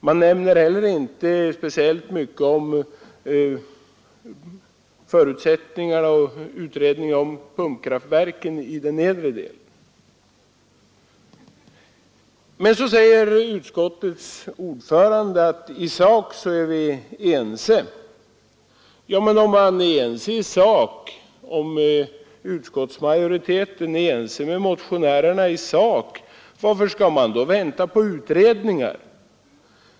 Man nämner heller inte speciellt mycket om förutsättningar för och utredning om pumpkraftverk i den nedre delen av älven. Här säger utskottets ordförande att i sak är vi ense. Men om utskottsmajoriteten är ense med motionärerna i sak, varför skall man då vänta på resultatet av utredningar?